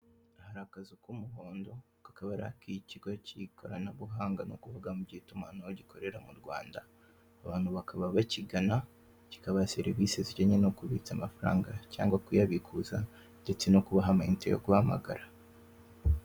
Hari akazu k'umuhondo, kakaba ari ak'ikigo cy'ikoranabuhanga gikorera mu Rwanda, abantu bakaba bakigana, kikabaha serivisi zibitse amafaranga.